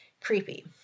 creepy